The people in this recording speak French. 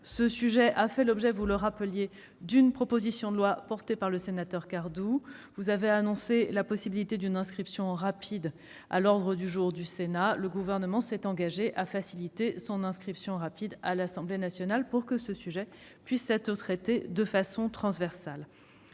et qui a fait l'objet- vous l'avez rappelé -d'une proposition de loi, portée par le sénateur Cardoux. Vous avez annoncé la possibilité d'une inscription rapide de ce texte à l'ordre du jour du Sénat ; le Gouvernement s'est engagé à faciliter son examen rapide à l'Assemblée nationale pour que ce sujet puisse être traité de façon transversale.